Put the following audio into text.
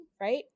right